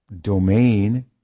domain